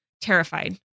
Terrified